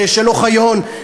של אוחיון,